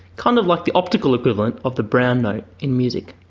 kind of like the optical equivalent of the brown note in music.